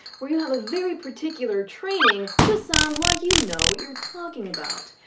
where you have a very particular training to sound like you know what you're talking about.